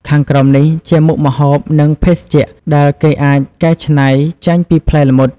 ខាងក្រោមនេះជាមុខម្ហូប និងភេសជ្ជៈដែលគេអាចកែច្នៃចេញពីផ្លែល្មុត